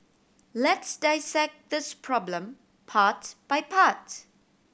let's dissect this problem part by part